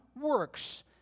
works